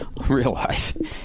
realize